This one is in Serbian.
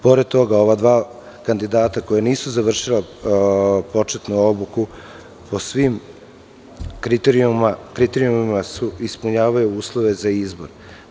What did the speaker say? Pored toga, ova dva kandidata koja nisu završila početnu obuku po svim kriterijumima ispunjavaju uslove za izbor.